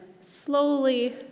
slowly